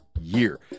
year